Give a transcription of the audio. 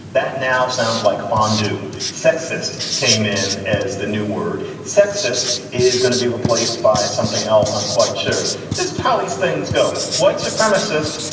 that now sounds like fond du sexist came in as the new word sexist is going to be replaced by something else. i'm quite sure this is how these things go. white supremacist,